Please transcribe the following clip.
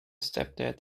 stepdad